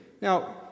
Now